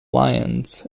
lyons